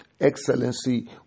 excellency